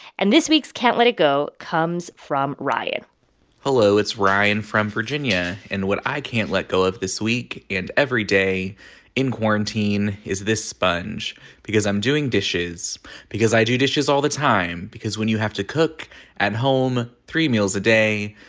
and this week's can't let it go comes from ryan hello, it's ryan from virginia. and what i can't let go of this week and every day in quarantine is this sponge because i'm doing dishes because i do dishes all the time because when you have to cook at home, three meals a day,